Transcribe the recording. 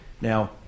now